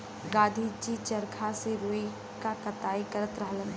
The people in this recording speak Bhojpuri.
गाँधी जी चरखा से रुई क कटाई करत रहलन